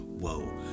whoa